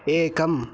एकम्